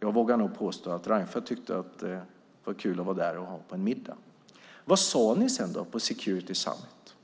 Jag vågar nog påstå att Reinfeldt tyckte att det var kul att vara där och gå på en middag. Vad sade ni sedan på Security Summit?